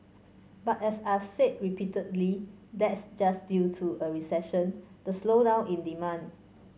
but as I've said repeatedly that's just due to a recession the slowdown in demand